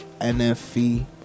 N-F-E